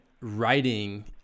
writing